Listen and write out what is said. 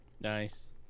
Nice